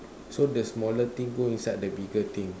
so the smaller thing go inside the bigger thing